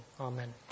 Amen